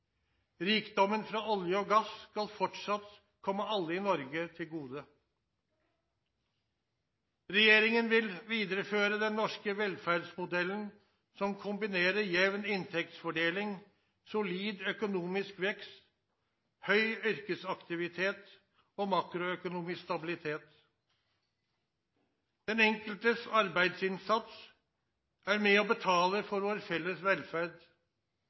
Rikdommen fra olje og gass skal fortsatt komme alle i Norge til gode. Regjeringen vil videreføre den norske velferdsmodellen som kombinerer jevn inntektsfordeling, solid økonomisk vekst, høy yrkesaktivitet og makroøkonomisk stabilitet. Den enkeltes arbeidsinnsats er med og betaler for vår felles velferd.